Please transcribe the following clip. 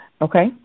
Okay